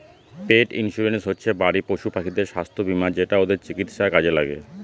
পেট insurance হচ্ছে বাড়ির পশুপাখিদের স্বাস্থ্য বীমা যেটা ওদের চিকিৎসার কাজে লাগে